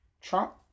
Trump